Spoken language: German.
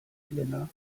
elena